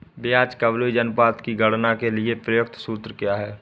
ब्याज कवरेज अनुपात की गणना के लिए प्रयुक्त सूत्र क्या है?